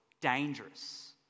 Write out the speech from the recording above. dangerous